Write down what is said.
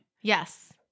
Yes